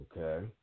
Okay